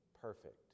perfect